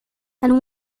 and